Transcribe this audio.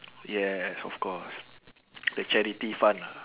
yes of course a charity fund ah